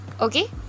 Okay